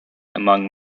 among